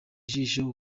ijisho